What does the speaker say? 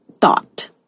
thought